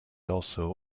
also